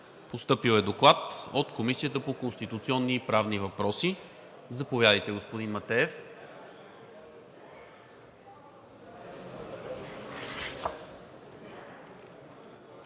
Постъпил е Доклад от Комисията по конституционни и правни въпроси. Заповядайте, господин Матеев.